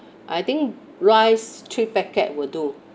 I think rice three packet will do